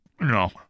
No